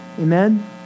Amen